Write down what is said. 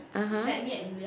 (uh huh)